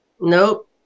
Nope